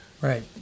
Right